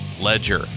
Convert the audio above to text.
Ledger